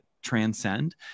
transcend